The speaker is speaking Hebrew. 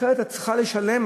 אחרת את צריכה לשלם.